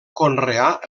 conreà